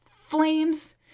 flames